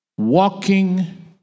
walking